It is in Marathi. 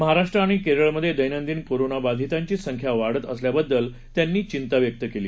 महाराष्ट्र आणि केरळमधे दैनंदिन कोरोनाबाधितांची संख्या वाढत असल्याबद्दल त्यांनी चिंता व्यक्त केली